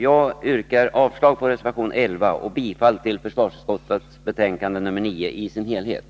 Jag yrkar avslag på reservation 11 och bifall till hemställan i försvarsutskottets betänkande nr 9 i dess helhet.